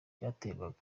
byaterwaga